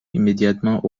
immédiatement